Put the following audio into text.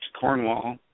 Cornwall